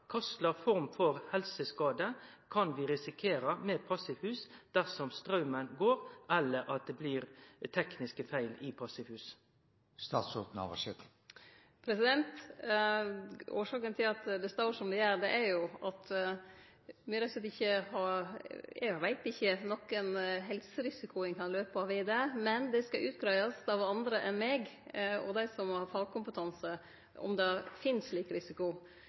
slag form for helseskade kan vi risikere dersom straumen går eller det blir tekniske feil i passivhus? Årsaka til at det står som det gjer, er at me rett og slett ikkje veit om nokon helserisiko ved det. Men det skal utgreiast av andre enn meg, av dei som har fagkompetanse, om det finst slik risiko.